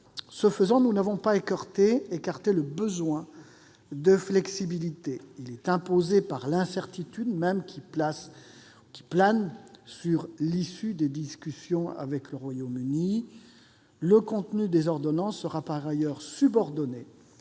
Ce faisant, nous n'avons pas écarté le besoin de flexibilité, imposé par l'incertitude même qui plane sur l'issue des discussions avec le Royaume-Uni. Le contenu des ordonnances sera, par ailleurs, subordonné